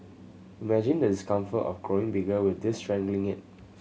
imagine the discomfort of growing bigger with this strangling it